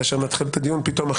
כאשר נתחיל את הדיון השני,